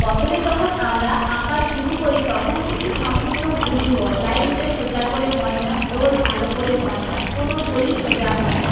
প্রথমে যখন আমরা আঁকা শুরু করি তখন কিন্তু সম্পূর্ণ ভুলই হয় লাইনটা সোজা করে হয় না গোল ভালো করে হয় না কোনো গোলই সোজা হয় না